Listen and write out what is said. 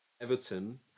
Everton